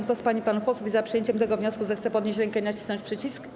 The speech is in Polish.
Kto z pań i panów posłów jest za przyjęciem tego wniosku, zechce podnieść rękę i nacisnąć przycisk.